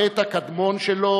בחטא הקדמון שלו,